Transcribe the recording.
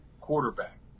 quarterback